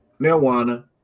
marijuana